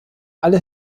alle